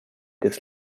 des